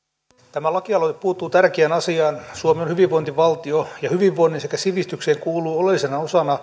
tämä lakialoite puuttuu tärkeään asiaan suomi on hyvinvointivaltio ja hyvinvointiin sekä sivistykseen kuuluu oleellisena osana